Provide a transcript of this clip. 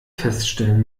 feststellen